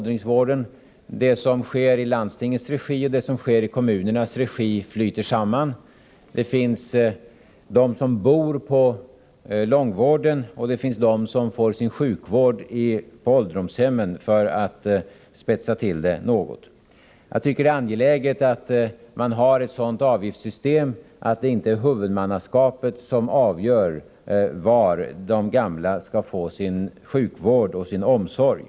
Det som sker i landstingets regi och det som sker i kommunernas regi flyter samman. Det finns människor som bor på långvården, medan andra får sin sjukvård på ålderdomshem för att något spetsa till det. Jag tycker det är angeläget att man har ett sådant avgiftssystem att det inte är huvudmannaskapet som avgör var de gamla skall få sin sjukvård och sin omsorg.